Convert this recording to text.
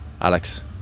Alex